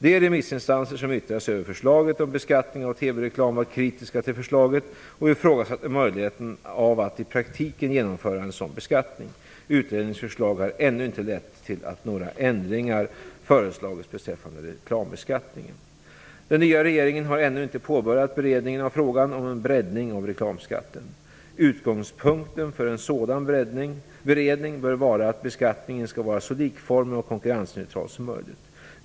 De remissinstanser som yttrade sig över förslaget om beskattning av TV-reklam var kritiska till förslaget och ifrågasatte möjligheten av att i praktiken genomföra en sådan beskattning. Utredningens förslag har ännu inte lett till att några ändringar föreslagits beträffande reklambeskattningen. Den nya regeringen har ännu inte påbörjat beredningen av frågan om en breddning av reklamskatten. Utgångspunkten för en sådan beredning bör vara att beskattningen skall vara så likformig och konkurrensneutral som möjligt.